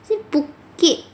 is it phuket